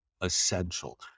essential